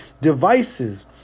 devices